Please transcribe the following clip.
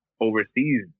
overseas